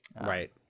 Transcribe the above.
right